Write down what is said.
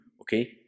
okay